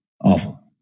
Awful